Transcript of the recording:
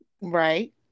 Right